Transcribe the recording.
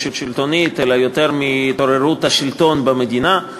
שלטונית ויותר מהתערערות השלטון במדינה.